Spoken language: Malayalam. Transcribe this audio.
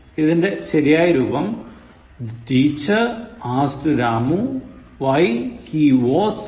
ഇതിൻറെ ശരിയായ രൂപം The teacher asked Ramu why he was late